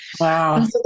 Wow